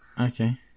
Okay